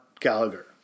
Gallagher